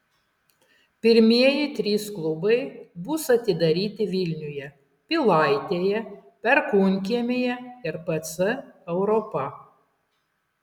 pirmieji trys klubai bus atidaryti vilniuje pilaitėje perkūnkiemyje ir pc europa